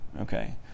okay